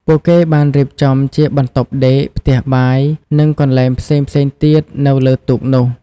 ពួកគេបានរៀបចំជាបន្ទប់ដេក ផ្ទះបាយ និងកន្លែងផ្សេងៗទៀតនៅលើទូកនោះ។